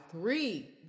three